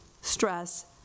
stress